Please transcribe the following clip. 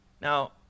Now